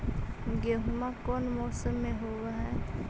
गेहूमा कौन मौसम में होब है?